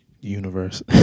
universe